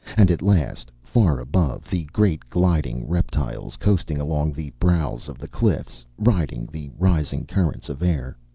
and at last, far above, the great gliding reptiles coasting along the brows of the cliffs, riding the rising currents of air,